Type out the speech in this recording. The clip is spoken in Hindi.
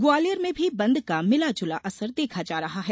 ग्वालियर में भी बंद का मिला जुला असर देखा जा रहा है